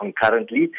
concurrently